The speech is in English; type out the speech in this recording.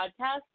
podcast